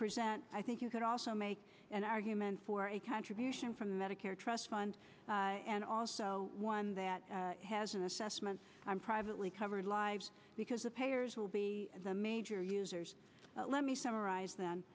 present i think you could also make an argument for a contribution from the medicare trust fund and also one that has an assessment i'm privately covered lives because the payers will be the major users but let me summarize